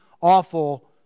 awful